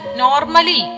normally